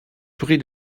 prie